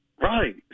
Right